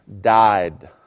died